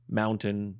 mountain